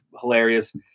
hilarious